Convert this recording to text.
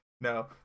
no